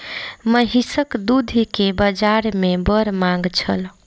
महीसक दूध के बाजार में बड़ मांग छल